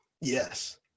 Yes